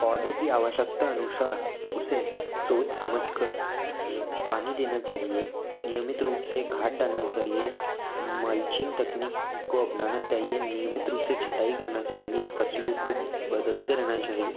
पौधे की आवश्यकता अनुसार उसे सोच समझ कर पानी देना चाहिए नियमित रूप से खाद डालना चाहिए माल्चिंग तकनीक को अपनाना चाहिए नियमित रूप से छंटाई करना चाहिए फ़सलों को बदलते रहना चाहिए